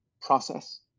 process